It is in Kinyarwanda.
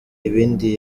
ibindi